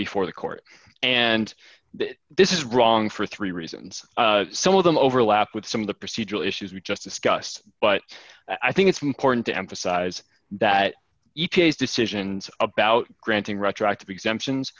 before the court and that this is wrong for three reasons some of them overlap with some of the procedural issues we just discussed but i think it's important to emphasize that each case decisions about granting retroactive exemptions